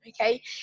okay